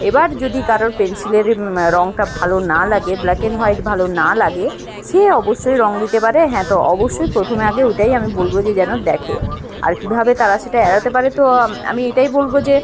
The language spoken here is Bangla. এবার যদি কারোর পেন্সিলের রঙটা ভালো না লাগে ব্ল্যাক এন্ড হোয়াইট ভালো না লাগে সে অবশ্যই রং দিতে পারে হ্যাঁ তো অবশ্যই প্রথমে আগে ওইটাই আমি বলবো যে যেন দেখে আর কীভাবে তারা সেটা এড়াতে পারে তো আমি এইটাই বলবো যে